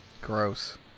Gross